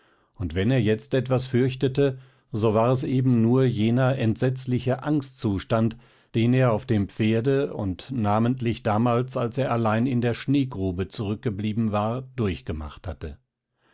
und wenn er jetzt etwas fürchtete so war es eben nur jener entsetzliche angstzustand den er auf dem pferde und namentlich damals als er allein in der schneegrube zurückgeblieben war durchgemacht hatte